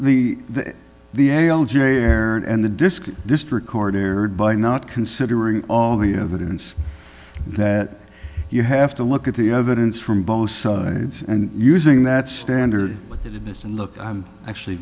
the the air and the disc district court erred by not considering all the evidence that you have to look at the evidence from both sides and using that standard it isn't look i'm actually